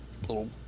little